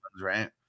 right